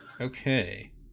Okay